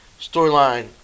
storyline